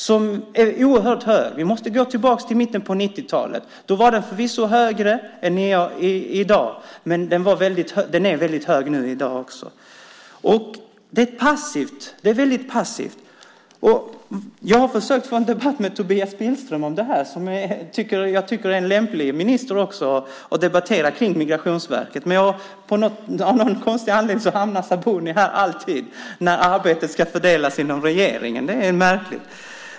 Den var förvisso högre än i dag i mitten på 90-talet, men den är väldigt hög även i dag. Det finns en passivitet. Jag har försökt att få en debatt med Tobias Billström om detta, eftersom jag tycker att han är lämplig när det gäller att debattera om Migrationsverket. Men av någon konstig anledning är det alltid Sabuni som hamnar här när arbetet ska fördelas inom regeringen. Det är märkligt.